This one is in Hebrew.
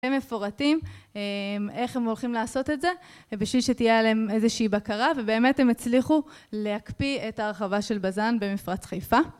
הם מפורטים, איך הם הולכים לעשות את זה, ובשביל שתהיה עליהם איזושהי בקרה ובאמת הם הצליחו להקפיא את ההרחבה של בזן במפרץ חיפה